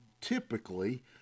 typically